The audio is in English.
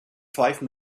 five